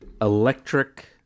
electric